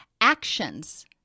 Actions